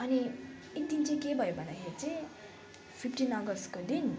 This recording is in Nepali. अनि एकदिन चाहिँ के भयो भन्दाखेरि चाहिँ फिप्टिन अगस्टको दिन